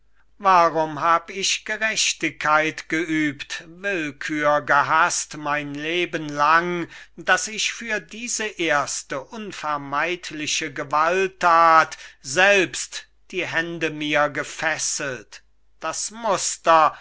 warum hab ich gerechtigkeit geübt willkür gehaßt mein leben lang daß ich für diese erste unvermeidliche gewalttat selbst die hände mir gefesselt das muster